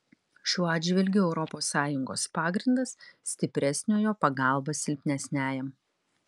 šiuo atžvilgiu europos sąjungos pagrindas stipresniojo pagalba silpnesniajam